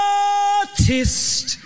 artist